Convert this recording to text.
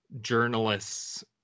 journalists